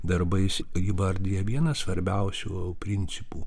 darbais įvardija vieną svarbiausių principų